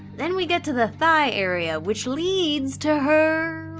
then we get to the thigh area, which leads to her.